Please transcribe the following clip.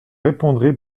répondrai